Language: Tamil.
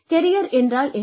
கெரியர் என்றால் என்ன